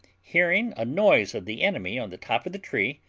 hearing a noise of the enemy on the top of the tree,